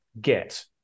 get